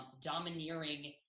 domineering